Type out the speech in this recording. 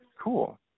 cool